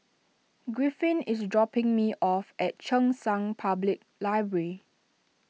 Griffin is dropping me off at Cheng San Public Library